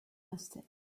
mustard